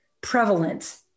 prevalent